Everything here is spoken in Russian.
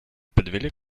подвели